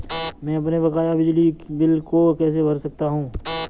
मैं अपने बकाया बिजली बिल को कैसे भर सकता हूँ?